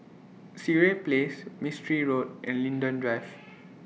Sireh Place Mistri Road and Linden Drive